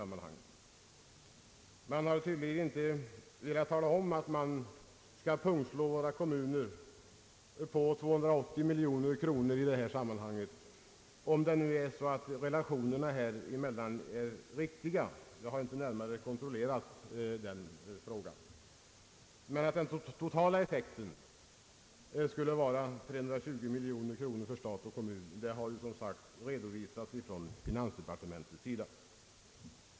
Man har tydligen inte velat tala om att man tänker pungslå kommunerna på 280 miljoner kronor — om nu relationerna är riktiga, vilket jag inte närmare kontrollerat. Finansdepartementet har dock redovisat att den totala effekten skulle vara 320 miljoner kronor för stat och kommun.